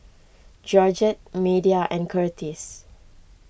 Georgette Media and Curtis